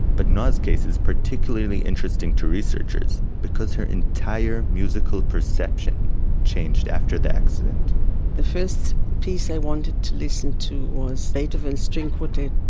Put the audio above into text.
but noa's case is particularly interesting to researchers, because her entire musical perception changed after the accident the first piece i wanted to listen to was beethoven's string quartet.